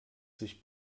sich